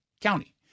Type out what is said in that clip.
county